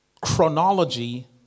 chronology